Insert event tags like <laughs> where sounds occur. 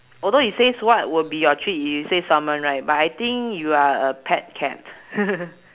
although it says what will be your treat you say salmon right but I think you are a pet cat <laughs>